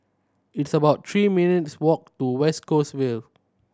it's about three minutes' walk to West Coast Vale